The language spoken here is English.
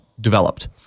developed